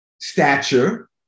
stature